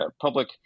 public